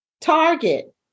Target